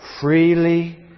Freely